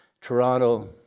Toronto